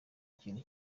kintu